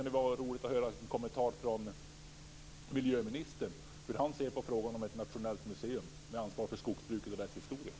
Det vore roligt att höra hur miljöministern ser på frågan om ett nationellt museum med ansvar för skogsbruket och dess historia.